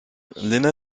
lena